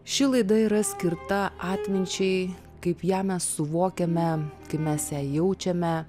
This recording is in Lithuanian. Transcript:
ši laida yra skirta atminčiai kaip ją mes suvokiame kaip mes ją jaučiame